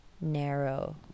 narrow